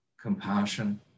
compassion